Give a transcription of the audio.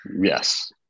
Yes